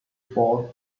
falls